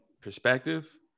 perspective